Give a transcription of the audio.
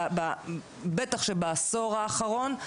בוודאי בעשור האחרון.